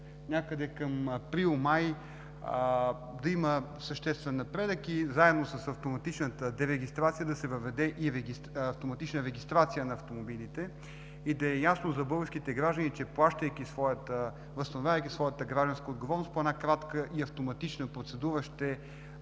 някъде към април, май да има съществен напредък и заедно с автоматичната дерегистрация да се въведе и автоматична регистрация на автомобилите. Да е ясно за българските граждани, че плащайки, възстановявайки своята „Гражданска отговорност” по една кратка и автоматична процедура, ще